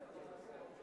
גבוהים.